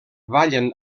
ballen